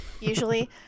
usually